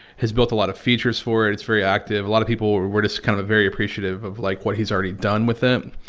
has built a lot of features for it. it's very active. a lot of people, we're we're just kind of very appreciative of like what he has already done with them.